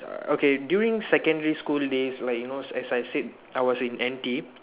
okay during secondary school days like you know as I said I was in N_T